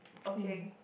okay